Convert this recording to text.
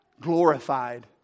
glorified